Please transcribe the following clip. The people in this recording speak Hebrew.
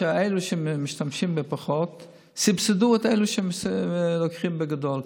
שאלה שמשתמשים בפחות סבסדו את אלה שלוקחים בגדול,